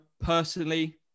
personally